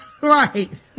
Right